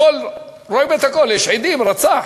כשרואים את הכול, יש עדים, רצח: